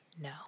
No